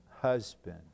husband